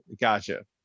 Gotcha